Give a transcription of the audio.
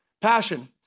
Passion